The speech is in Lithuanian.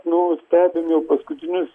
nu stebim jau paskutinius